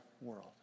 world